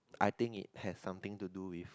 I think it has something to do with